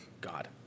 God